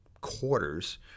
quarters